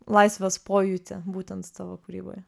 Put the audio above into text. laisvės pojūtį būtent tavo kūryboje